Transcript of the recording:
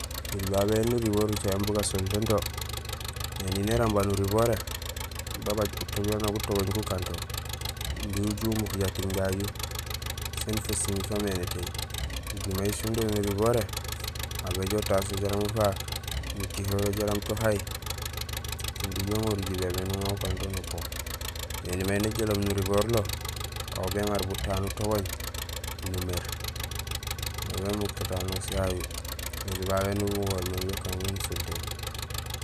Oli babé éni uriboor nucaméén bu gasontéén to, éni néramba nuriboré, babaaj utooj waan nak gutogooñ gukanto imbi uju umuk jating jaju, siin fusiim faamé nétéy. Imbi may sindo nuriboré, aw béjoow utaso jaraam ufaak, nutuhoro jaraam to hay, nujoow uŋorul jébébéni ukanto, éni may néjoloob nuriboor lo, aw béŋaar gutaan utogooñ, numéér, yo bémuk tatanos yayu, oli babé éni umugoor mé inja ukaan mémé nusontéén.